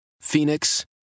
Phoenix